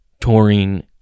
touring